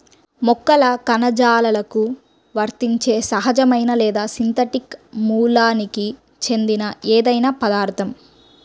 మొక్కల కణజాలాలకు వర్తించే సహజమైన లేదా సింథటిక్ మూలానికి చెందిన ఏదైనా పదార్థం